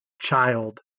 child